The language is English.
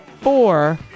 four